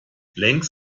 längs